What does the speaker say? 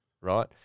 right